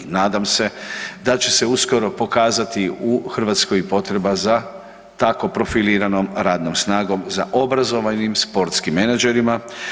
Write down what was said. Nadam se da će se uskoro pokazati u Hrvatskoj potreba za tako profiliranom radnom snagom za obrazovanim sportskim menadžerima.